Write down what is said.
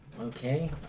Okay